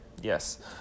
yes